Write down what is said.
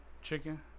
Chicken